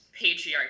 patriarchy